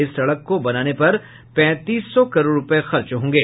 इस सड़क को बनाने पर पैंतीस सौ करोड़ रूपये खर्च होंगे